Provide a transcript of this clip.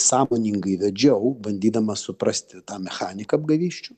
sąmoningai vedžiau bandydamas suprasti tą mechaniką apgavysčių